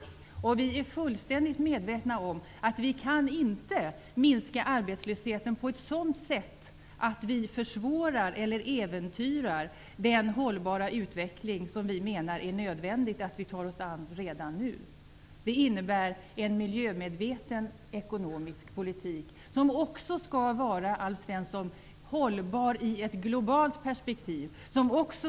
Vi är också fullständigt medvetna om att vi inte kan minska arbetslösheten på ett sådant sätt att vi försvårar eller äventyrar den hållbara utveckling som det är nödvändigt att vi tar oss an redan nu. Det innebär en miljömedveten ekonomisk politik som också skall vara hållbar i ett globalt perspektiv, Alf Svensson.